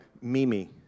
Mimi